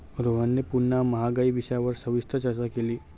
रोहनने पुन्हा महागाई विषयावर सविस्तर चर्चा केली